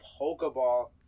Pokeball